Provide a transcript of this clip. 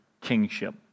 kingship